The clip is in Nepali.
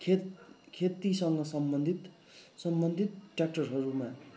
खेत खेतीसँग सम्बन्धित सम्बन्धित ट्य्राक्टरहरूमा